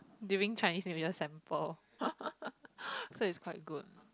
during Chinese New Year sample so it's quite good